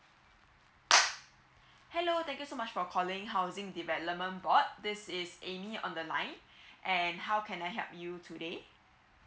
hello thank you so much for calling housing development board this is amy on the line and how can I help you today